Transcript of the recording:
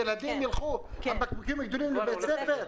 ילדים ילכו עם בקבוקים גדולים לבית ספר?